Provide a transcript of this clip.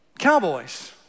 Cowboys